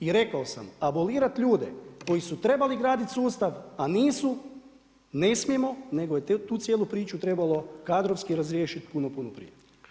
I rekao sam abolirat ljude koji su trebali gradit sustav a nisu ne smijemo nego je tu cijelu priču trebalo kadrovski razriješiti puno, puno prije.